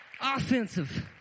offensive